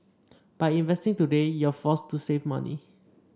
by investing today you're forced to save money